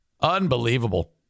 Unbelievable